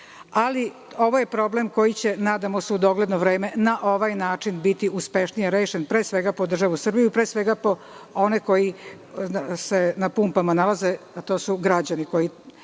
ali ovo je problem koji će, nadam se, u dogledno vreme na ovaj način biti uspešnije rešen, pre svega, po državu Srbiju, po one koji se na pumpama nalaze, a to su građani koji